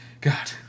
God